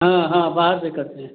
हाँ हाँ बाहर से करते हैं